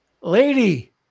lady